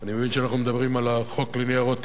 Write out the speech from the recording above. אני מבין שאנחנו מדברים על החוק לניירות ערך.